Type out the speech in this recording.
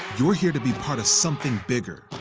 you're here to be part of something bigger,